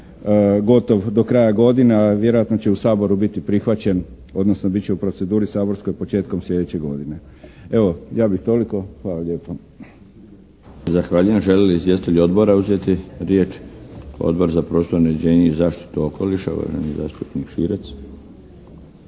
gotov do kraja godine, a vjerojatno će u Saboru biti prihvaćen, odnosno bit će u proceduri saborskoj početkom sljedeće godine. Evo, ja bih toliko. Hvala lijepo. **Milinović, Darko (HDZ)** Zahvaljujem. Žele li izvjestitelji odbora uzeti riječ? Odbor za prostorno uređenje i zaštitu okoliša, uvaženi zastupnik Širac.